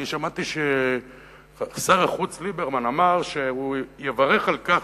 אני שמעתי ששר החוץ ליברמן אמר שהוא יברך על כך